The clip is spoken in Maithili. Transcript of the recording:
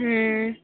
हूँ